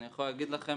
אני יכול להגיד לכם,